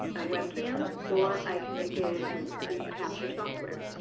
a webcam, or i can make it with screen capture software.